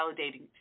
validating